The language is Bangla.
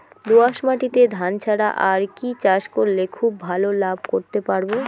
দোয়াস মাটিতে ধান ছাড়া আর কি চাষ করলে খুব ভাল লাভ করতে পারব?